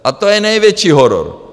A to je největší horor!